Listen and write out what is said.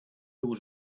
was